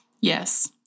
Yes